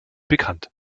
bekannt